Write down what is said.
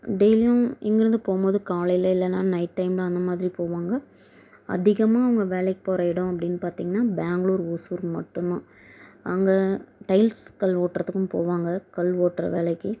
டெய்லியும் இங்கே இருந்து போகும்போது காலையில் இல்லைனா நைட் டைம் அந்தமாதிரி போவாங்க அதிகமாக அவங்க வேலைக்கு போகிற இடம் அப்படின்னு பார்த்திங்கன்னா பெங்களூர் ஓசூர் மட்டும் தான் அங்கே டைல்ஸ் கல் ஓட்டுறதுக்கும் போவாங்க கல் ஓட்டுற வேலைக்கு